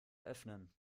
öffnen